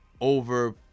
over